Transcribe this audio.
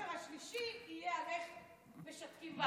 הספר השלישי יהיה על איך משתקים ועדה בכנסת.